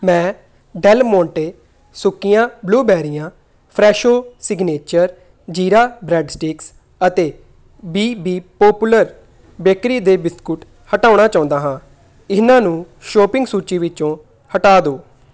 ਮੈਂ Del Monte ਸੁੱਕੀਆਂ ਬਲੂਬੇਰੀਆਂ Fresho signature jeera bread sticks ਅਤੇ ਬੀਬੀ ਪੋਪੂਲਰ ਬੇਕਰੀ ਦੇ ਬਿਸਕੁਟ ਹਟਾਉਣਾ ਚਾਹੁੰਦਾ ਹਾਂ ਇਹਨਾਂ ਨੂੰ ਸ਼ੋਪਿੰਗ ਸੂਚੀ ਵਿੱਚੋਂ ਹਟਾ ਦਿਓ